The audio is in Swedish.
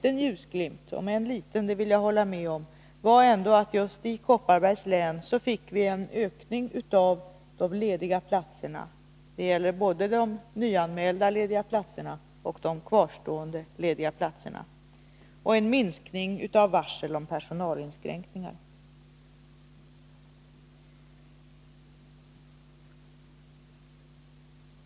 En ljusglimt, om än liten — det vill jag hålla med om -— var att vi just beträffande Kopparbergs län fick en ökning av de lediga platserna, både de nyanmälda och de kvarstående, samt en minskning av varslen om personalinskränkningar.